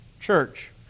church